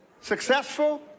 Successful